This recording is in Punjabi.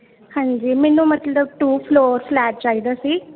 ਹਾਂਜੀ ਮੈਨੂੰ ਮਤਲਬ ਟੂ ਫਲੋਰ ਫਲੈਟ ਚਾਹੀਦਾ ਸੀ